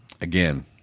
Again